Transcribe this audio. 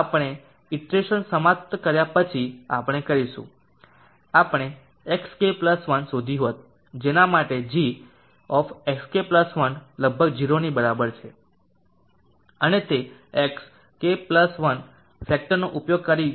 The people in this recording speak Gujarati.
આપણે ઇટરેશન સમાપ્ત કર્યા પછી આપણે કરીશું આપણે xk1 શોધી હોત જેના માટે g xk 1 લગભગ 0 ની બરાબર છે અને તે xk 1 ફેક્ટરનો ઉપયોગ કરીને